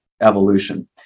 evolution